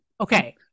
okay